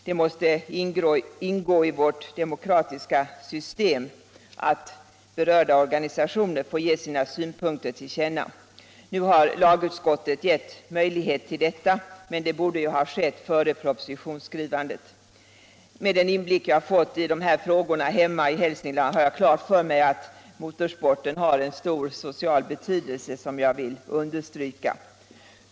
Det måste ingå i vårt demokratiska system att berörda organisationer får ge sina synpunkter till känna. Nu har lagutskottet gett dem möjlighet till detta, men det borde ju ha skett redan före propositionsskrivandet. Med den inblick jag fått i dessa frågor hemma i Hälsingland har jag fått klart för mig att motorsporten har en stor social betydelse, som jag vill understryka.